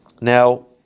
Now